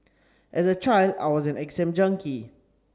as a child I was an exam junkie